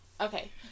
Okay